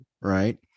right